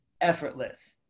effortless